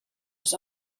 was